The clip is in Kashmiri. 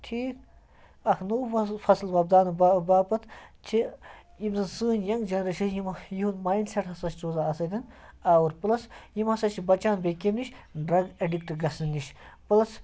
ٹھیٖک اَکھ نوٚو وۄزُل فَصٕل وۄپداونہٕ با باپَتھ چھِ یِم زَن سٲنۍ یَنٛگ جَنریشَن یِمہٕ یِہُنٛد مایِنٛڈ سٮ۪ٹ ہَسا چھِ روزان اَتھ سۭتۍ آوُر پٕلَس یِم ہَسا چھِ بَچان بیٚیہِ کیٚمۍ نِش ڈرٛگ اٮ۪ڈِکٹ گَژھنہٕ نِش پٕلَس